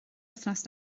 wythnos